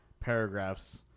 paragraphs